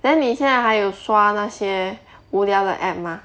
then 你现在还有刷那些无聊的 app mah